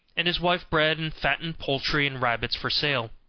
and his wife bred and fattened poultry and rabbits for sale.